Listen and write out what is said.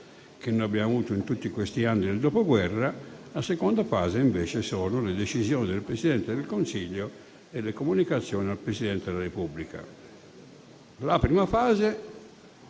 che abbiamo avuto in tutti questi anni dal dopoguerra. La seconda fase, invece, sono le decisioni del Presidente del Consiglio e le comunicazioni al Presidente della Repubblica. La prima fase